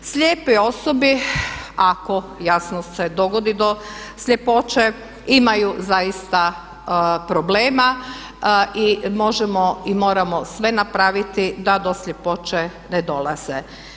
Slijepe osobe, ako jasno se dogodi do sljepoće, imaju zaista problema i možemo i moramo sve napraviti da do sljepoće ne dođe.